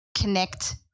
connect